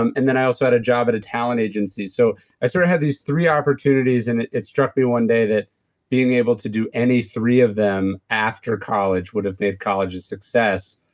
and then i also had a job at a talent agency. so i sort of had these three opportunities, and it it struck me one day that being able to do any three of them after college would have made college a success,